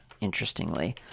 Interestingly